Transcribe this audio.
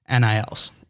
NILs